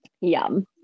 Yum